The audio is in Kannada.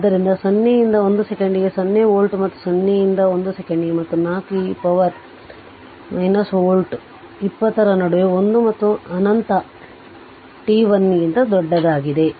ಆದ್ದರಿಂದ 0 ರಿಂದ 1 ಸೆಕೆಂಡಿಗೆ 0 ವೋಲ್ಟ್ ಮತ್ತು 0 ರಿಂದ 1 ಸೆಕೆಂಡ್ಗೆ ಮತ್ತು 4 e ರ ಪವರ್ t ಟು 1 ವೋಲ್ಟ್ 20 ರ ನಡುವೆ 1 ಮತ್ತು ಅನಂತ t 1 ಕ್ಕಿಂತ ದೊಡ್ಡದಾಗಿದೆ